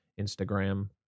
Instagram